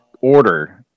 order